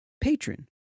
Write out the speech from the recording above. patron